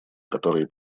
которые